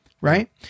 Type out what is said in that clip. Right